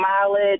mileage